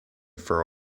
for